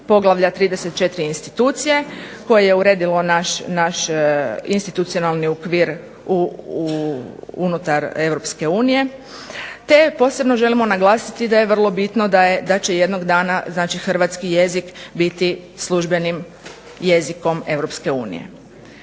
poglavlja 34. institucije, koje je uredilo naš institucionalni okvir unutar Europske unije, te posebno želimo naglasiti da je vrlo bitno da će jednog dana, znači hrvatski jezik biti službenim jezikom